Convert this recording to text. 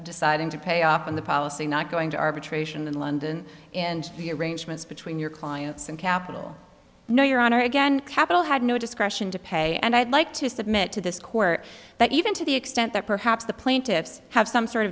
deciding to pay off in the policy not going to arbitration in london and the arrangements between your clients and capital no your honor again capital had no discretion to pay and i'd like to submit to this court that even to the extent that perhaps the plaintiffs have some sort